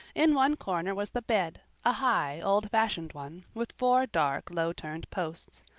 in one corner was the bed, a high, old-fashioned one, with four dark, low-turned posts.